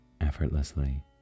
effortlessly